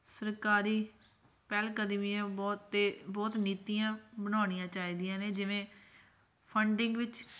ਸਰਕਾਰੀ ਪਹਿਲਕਦਮੀਆਂ ਬਹੁਤ ਅਤੇ ਬਹੁਤ ਨੀਤੀਆਂ ਬਣਾਉਣੀਆਂ ਚਾਹੀਦੀਆਂ ਨੇ ਜਿਵੇਂ ਫੰਡਿੰਗ ਵਿੱਚ